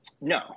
No